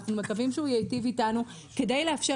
אנחנו מקווים שהוא ייטיב איתנו כדי לאפשר